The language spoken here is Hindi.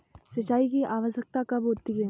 सिंचाई की आवश्यकता कब होती है?